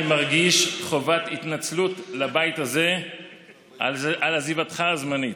אני מרגיש חובת התנצלות לבית הזה על עזיבתך הזמנית.